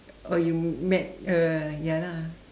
oh you met uh ya lah